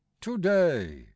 to-day